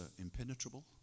impenetrable